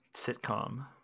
sitcom